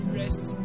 rest